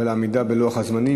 ועל העמידה בלוח הזמנים.